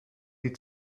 die